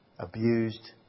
abused